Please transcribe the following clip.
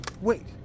Wait